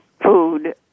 food